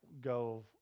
go